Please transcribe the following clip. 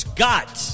Scott